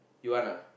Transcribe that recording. you want